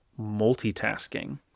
multitasking